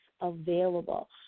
available